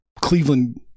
Cleveland